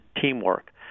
teamwork